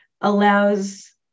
allows